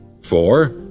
Four